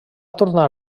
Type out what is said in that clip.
tornar